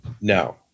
No